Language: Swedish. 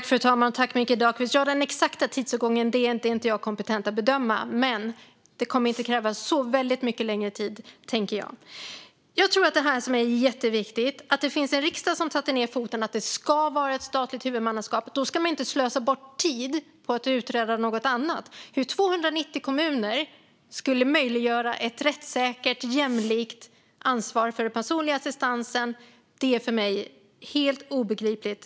Fru talman! Den exakta tidsåtgången är jag inte kompetent nog att bedöma, men jag tänker att det inte krävs så mycket mer tid. Riksdagen satte ned foten om att det ska vara ett statligt huvudmannaskap, och då ska man inte slösa bort tid på att utreda något annat. Hur 290 kommuner skulle kunna ta ett rättssäkert och jämlikt ansvar för den personliga assistansen är för mig obegripligt.